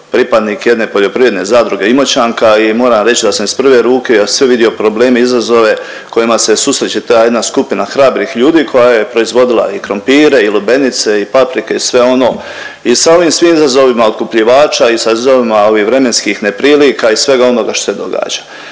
pripadnih jedne poljoprivredne zadruge Imoćanka i moram reći da sam iz prve ruke sve vidio probleme, izazove s kojima se susreće ta jedna skupina hrabrih ljudi koja je proizvodila i krumpire i lubenice i paprike i sve ono i sa ovim svim izazovima otkupljivača i sa izazovima ovih vremenskih neprilika i svega onoga što se događa.